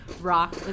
rock